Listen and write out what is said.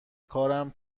کارم